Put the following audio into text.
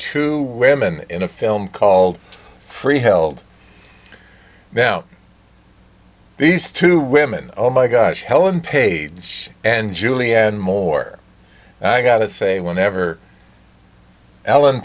two women in a film called free held now these two women oh my gosh helen page and julianne moore i got to say whenever ellen